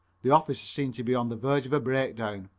the officer seemed to be on the verge of a breakdown.